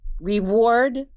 reward